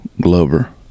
Glover